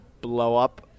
blow-up